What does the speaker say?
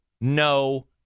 no